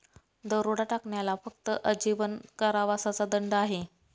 दरोडा टाकण्याला फक्त आजीवन कारावासाचा दंड आहे